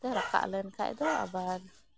ᱫᱟᱨᱮ ᱠᱟᱛᱮ ᱨᱟᱠᱟᱵ ᱞᱮᱱᱠᱷᱟᱡ ᱫᱚ ᱟᱵᱟᱨ